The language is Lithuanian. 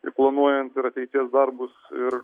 ir planuojant ir ateities darbus ir